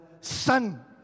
son